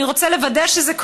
אני רוצה לוודא שזה קורה.